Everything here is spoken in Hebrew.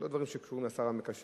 אלה לא דברים שקשורים לשר המקשר,